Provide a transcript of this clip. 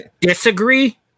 disagree